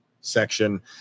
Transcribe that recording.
section